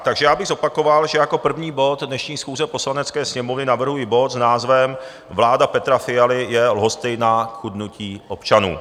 Takže já bych zopakoval, že jako první bod dnešní schůze Poslanecké sněmovny navrhuji bod s názvem Vláda Petra Fialy je lhostejná k chudnutí občanů.